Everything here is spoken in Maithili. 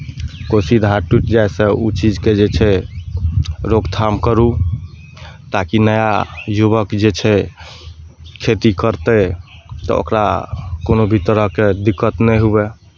कोसी धार टुटि जायसँ ओ चीजके जे छै रोकथाम करू ताकि नया युवक जे छै खेती करतै तऽ ओकरा कोनो भी तरहके दिक्क्त नहि हुअय